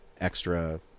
extra